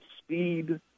speed